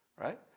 Right